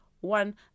one